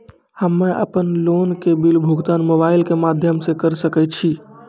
हम्मे अपन लोन के बिल भुगतान मोबाइल के माध्यम से करऽ सके छी?